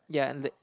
yeah and they